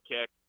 kick